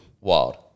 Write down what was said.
Wild